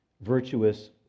virtuous